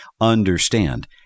understand